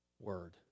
word